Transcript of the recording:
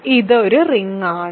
ഇതൊരു റിങ്ങാണോ